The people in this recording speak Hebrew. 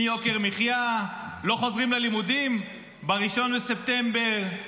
אין יוקר מחיה, לא חוזרים ללימודים ב-1 בספטמבר.